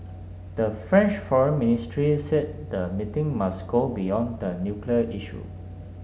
the French foreign ministry said the meeting must go beyond the nuclear issue